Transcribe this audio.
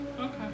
Okay